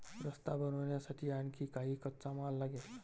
रस्ता बनवण्यासाठी आणखी काही कच्चा माल लागेल